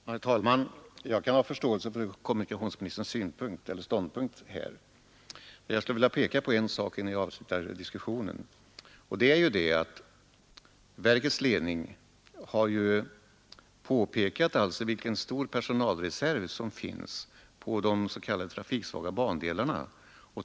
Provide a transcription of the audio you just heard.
Herr talman! Jag kan ha förståelse för kommunikationsministerns ståndpunkt, men jag skulle vilja peka på en sak innan jag avslutar diskussionen. Verkets ledning har ju framhållit vilken stor personalreserv som finns på de s.k. trafiksvaga bandelarna.